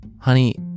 Honey